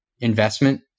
investment